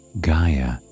Gaia